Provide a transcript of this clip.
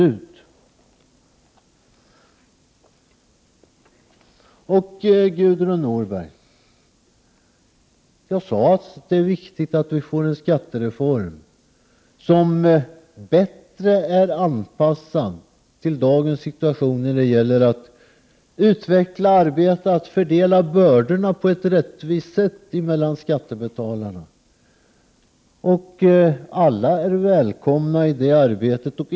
Jag sade, Gudrun Norberg, att det är viktigt att vi får en skattereform som är bättre anpassad till dagens situation när det gäller att utveckla arbetet, att fördela bördorna på ett rättvist sätt mellan skattebetalarna. Alla är välkomna i det arbetet.